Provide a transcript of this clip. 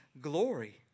glory